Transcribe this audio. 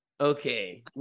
Okay